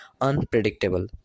unpredictable